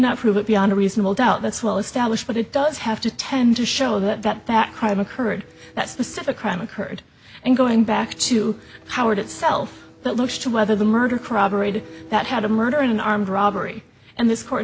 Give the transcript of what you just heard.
not prove it beyond a reasonable doubt that's well established but it does have to tend to show that that crime occurred that's the sort of crime occurred and going back to howard itself that looks to whether the murder corroborated that had a murder in an armed robbery and this court